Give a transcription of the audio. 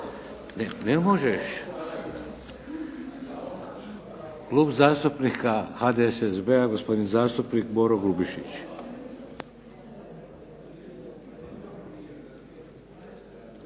Ne možeš! Klub zastupnika HDSSB-a, gospodin zastupnik Boro Grubišić.